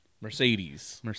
Mercedes